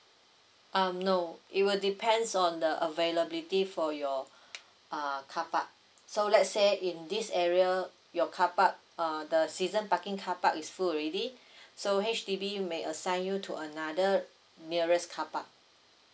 um no it will depends on the availability for your uh carpark so let's say in this area your carpark uh the season parking carpark is full already so H_D_B may assign you to another nearest carpark